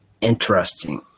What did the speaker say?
interesting